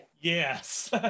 Yes